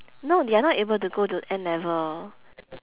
no they are not able to go to N-level